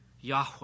Yahweh